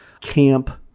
camp